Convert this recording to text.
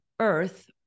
Earth